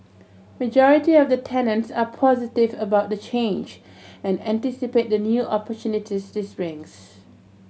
majority of the tenants are positive about the change and anticipate the new opportunities this brings